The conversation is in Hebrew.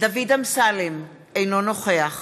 דוד אמסלם, אינו נוכח